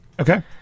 Okay